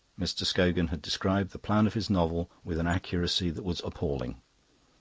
mr. scogan had described the plan of his novel with an accuracy that was appalling.